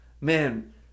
Man